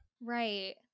right